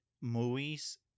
movies